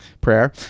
prayer